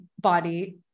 body